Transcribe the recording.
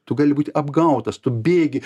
tu gali būti apgautas tu bėgi